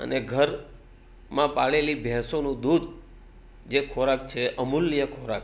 અને ઘરમાં પાળેલી ભેસોનું દૂધ જે ખોરાક છે અમૂલ્ય ખોરાક